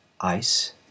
ice